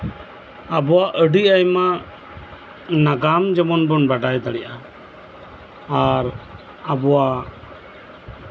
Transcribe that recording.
ᱟᱵᱚᱣᱟᱜ ᱟᱹᱰᱤ ᱟᱭᱢᱟ ᱱᱟᱜᱟᱢ ᱡᱮᱢᱚᱱ ᱵᱚᱱ ᱵᱟᱰᱟᱭ ᱫᱟᱲᱮᱭᱟᱜᱼᱟ ᱟᱨ ᱟᱵᱚᱣᱟᱜ